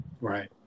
Right